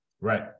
Right